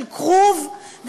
של כרובית,